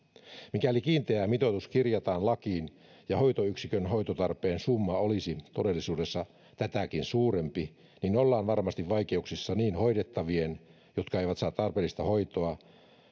mikäli kiinteä mitoitus kirjataan lakiin ja hoitoyksikön hoitotarpeen summa olisi todellisuudessa tätäkin suurempi niin ollaan varmasti vaikeuksissa niin hoidettavien jotka eivät saa tarpeellista hoitoa